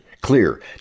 clear